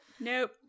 Nope